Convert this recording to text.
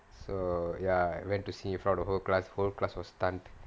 so ya I went to sing in front of the whole class whole class was stunned